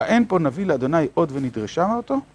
האין פה נביא לאדוני עוד ונדרשה אותו?